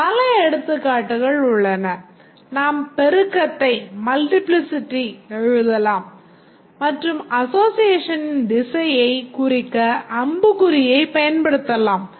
பல எடுத்துக்காட்டுகள் உள்ளன நாம் பெருக்கத்தை எழுதலாம் மற்றும் அசோஸியேஷனின் திசையை குறிக்க அம்புக்குறியைப் பயன்படுத்தலாம்